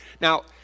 Now